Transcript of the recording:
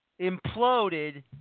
imploded